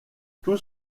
tous